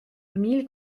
mille